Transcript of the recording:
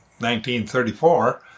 1934